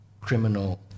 criminal